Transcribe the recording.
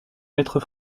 maître